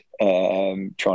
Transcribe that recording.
trying